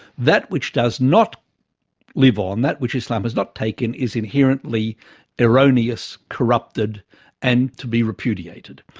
that which does not live on that which islam has not taken is inherently erroneous, corrupted and to be repudiated.